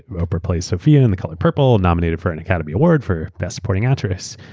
ah plays sofia in the color purple, nominated for an academy award for best supporting actress,